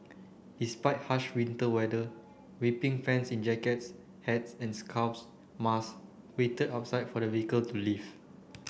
despite harsh winter weather weeping fans in jackets hats and scarves wait outside for the vehicle to leave